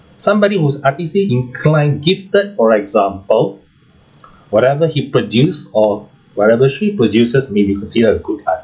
somebody who's artistically inclined gifted for example whatever he produce or whatever she produces may be considered a good art